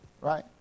right